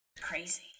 Crazy